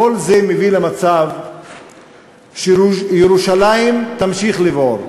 כל זה מביא למצב שירושלים תמשיך לבעור,